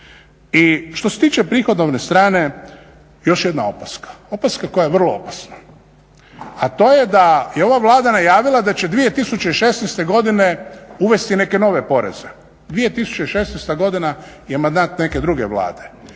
I što se tiče prihodovne strane još jedna opaska, opaska koja je vrlo opasna. A to je da je ova Vlada najavila da će 2016. godine uvesti neke nove poreze. 2016. godina je mandat neke druge Vlade,